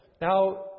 Now